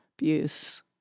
abuse